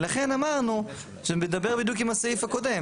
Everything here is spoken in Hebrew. ולכן אמרנו, זה מדבר בדיוק עם הסעיף הקודם.